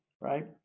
right